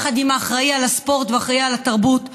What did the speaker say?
יחד עם האחראי על הספורט והאחראי על התרבות.